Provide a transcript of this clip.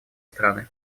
страны